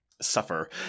suffer